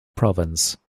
province